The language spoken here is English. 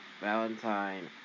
Valentine